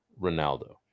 Ronaldo